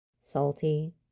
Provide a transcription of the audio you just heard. salty